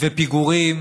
ופיגורים